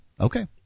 Okay